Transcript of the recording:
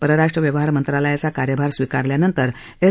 परराष्ट्र व्यवहार मंत्रालयाचा कार्यभार स्वीकारल्यानंतर ॠ